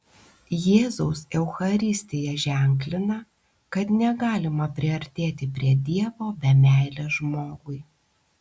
jėzaus eucharistija ženklina kad negalima priartėti prie dievo be meilės žmogui